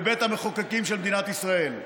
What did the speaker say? בבית המחוקקים של מדינת ישראל.